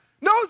No